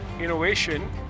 innovation